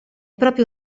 proprio